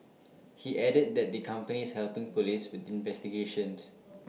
he added that the company is helping Police with the investigations